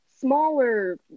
smaller